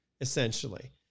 essentially